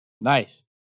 Nice